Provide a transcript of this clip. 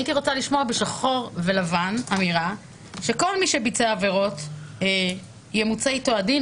הייתי רוצה לשמוע בשחור ולבן אמירה שכל מי שביצע עבירות ימוצה אתו הדין,